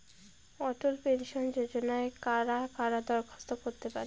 অটল pension যোজনায় কারা কারা দরখাস্ত করতে পারে?